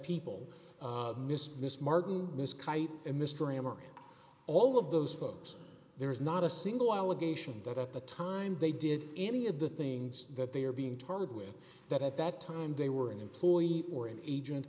people miss miss martin miss kyte and mr ammar all of those folks there's not a single allegation that at the time they did any of the things that they are being tarred with that at that time they were an employee or agent